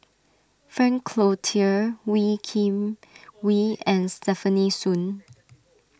Frank Cloutier Wee Kim Wee and Stefanie Sun